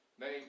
name